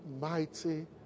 mighty